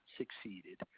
succeeded